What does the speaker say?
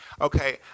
okay